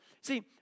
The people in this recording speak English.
See